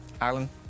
Alan